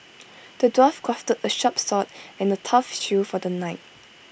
the dwarf crafted A sharp sword and A tough shield for the knight